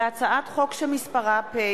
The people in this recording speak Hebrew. הצעת חוק מעמד